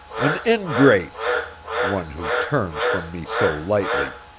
an ingrate! one who turns from me so lightly!